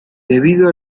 debido